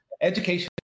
education